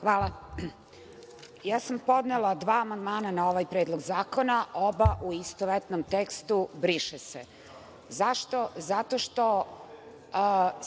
Hvala. Ja sam podnela dva amandmana na ovaj Predlog zakona, oba u istovetnom tekstu – briše se. Zašto? Zato što